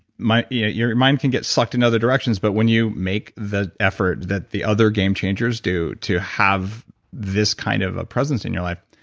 yeah your your mind can get sucked in other directions. but when you make the effort that the other game changers do, to have this kind of a presence in your life,